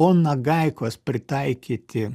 o nagaikos pritaikyti